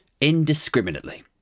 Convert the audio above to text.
Indiscriminately